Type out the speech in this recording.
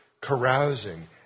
carousing